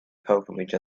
pilgrimage